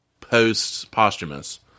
post-posthumous